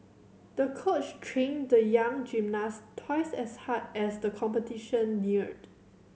the coach trained the young gymnast twice as hard as the competition neared